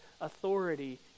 Authority